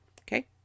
Okay